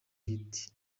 hit